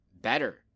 better